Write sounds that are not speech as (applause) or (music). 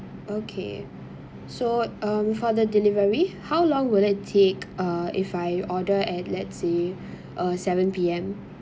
okay so um for the delivery how long will it take uh if I order at let's say (breath) uh seven P_M